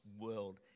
world